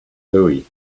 hooey